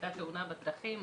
הייתה תאונת דרכים,